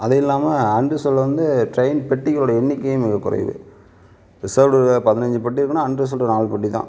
அது இல்லாமல் அன்ரிசர்வ்டில் வந்து ட்ரெயின் பெட்டிகளோட எண்ணிக்கையும் மிக குறைவு ரிசர்வ்டில் பதினஞ்சி பெட்டி இருக்குனா அன்ரிசர்வ்டில் நாலு பெட்டி தான்